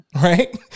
right